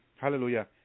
Hallelujah